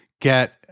get